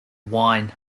wine